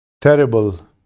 terrible